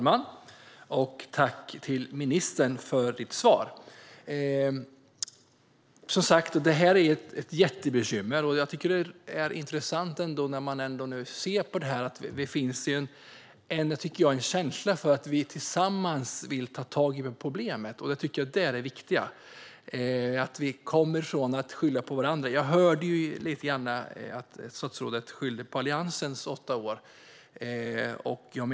Herr talman! Tack, ministern, för ditt svar! Detta är ett jättebekymmer. När man ser på det är det ändå intressant att det finns en känsla för att vi tillsammans vill ta tag i problemet. Det är det viktiga och att vi kommer ifrån att skylla varandra. Jag hörde att statsrådet lite grann skyllde på Alliansens åtta år.